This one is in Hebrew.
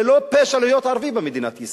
זה לא פשע להיות ערבי במדינת ישראל.